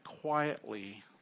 quietly